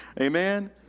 Amen